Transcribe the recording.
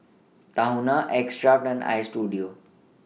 Tahuna X Craft and Istudio